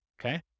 Okay